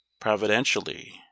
Providentially